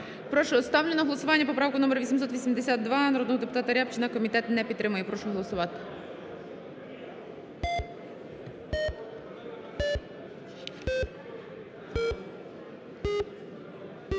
Прошу. Ставлю на голосування поправку номер 882 народного депутата Рябчина. Комітет не підтримує. Прошу голосувати.